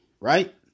right